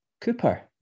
cooper